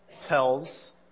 tells